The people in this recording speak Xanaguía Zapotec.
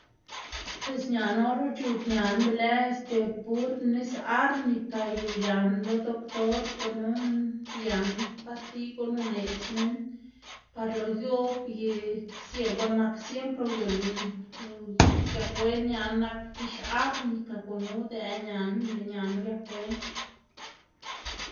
pues ñaná or uc̲h̲ug ñaná be lë este pur nis árnica y uyaná lo doktor, gunu uyaná pastiy guꞌn uneꞌdz minn par lo yoꞌb y guꞌn nak siempre uyuꞌnn uyak wen ñaná nak gix árnica gunu udëꞌ ñaná lëꞌ ñaná uyak wen.